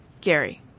Gary